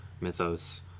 mythos